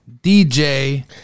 DJ